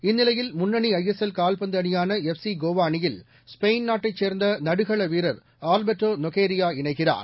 இந்நிலையில் முன்னணி ஐஎஸ்எல் கால்பந்து அணியான எஃப்சி கோவா அணியில் ஸ்பெயின் நாட்டைச் சேர்ந்த நடுகள வீரர் ஆல்பெர்ட்டோ நொகேரியா இணைகிறார்